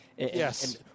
Yes